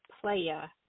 player